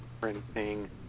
printing